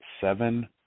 seven